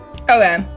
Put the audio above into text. Okay